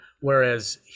Whereas